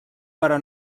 però